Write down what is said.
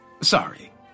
Sorry